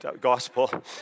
gospel